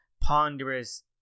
ponderous